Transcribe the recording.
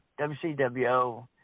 WCWO